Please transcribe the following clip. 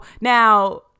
now